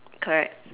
correct